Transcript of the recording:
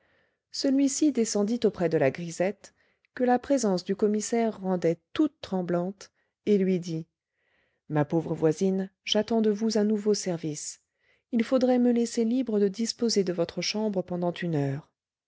celui-ci descendit auprès de la grisette que la présence du commissaire rendait toute tremblante et lui dit ma pauvre voisine j'attends de vous un nouveau service il faudrait me laisser libre de disposer de votre chambre pendant une heure